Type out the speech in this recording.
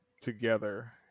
together